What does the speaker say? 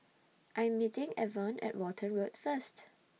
I'm meeting Evon At Walton Road First